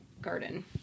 garden